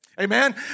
Amen